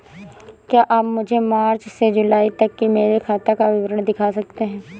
क्या आप मुझे मार्च से जूलाई तक की मेरे खाता का विवरण दिखा सकते हैं?